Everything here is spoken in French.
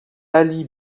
ali